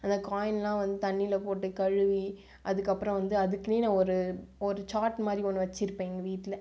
அந்த காயின்லாம் வந்து தண்ணியில் போட்டு கழுவி அதுக்கப்பறம் வந்து அதுக்குனே நான் ஒரு ஒரு சார்ட் மாதிரி ஒன்று வச்சுருப்பேன் எங்கள் வீட்டில்